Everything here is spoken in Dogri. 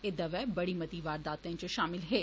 एह् दवै बड़ी मती वारदातें च षामल हे